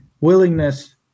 willingness